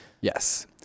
Yes